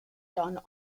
done